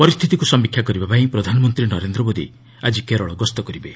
ପରିସ୍ଥିତିକୁ ସମୀକ୍ଷା କରିବାପାଇଁ ପ୍ରଧାନମନ୍ତ୍ରୀ ନରେନ୍ଦ୍ର ମୋଦି ଆଜି କେରଳ ଗସ୍ତ କରିବେ